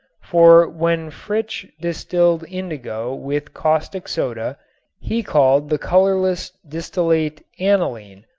for when fritzsche distilled indigo with caustic soda he called the colorless distillate aniline,